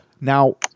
now